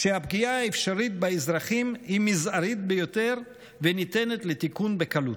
שהפגיעה האפשרית באזרחים היא מזערית ביותר וניתנת לתיקון בקלות.